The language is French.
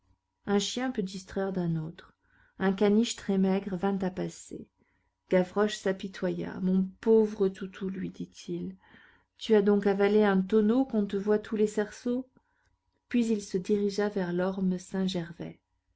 un chien peut distraire d'un autre un caniche très maigre vint à passer gavroche s'apitoya mon pauvre toutou lui dit-il tu as donc avalé un tonneau qu'on te voit tous les cerceaux puis il se dirigea vers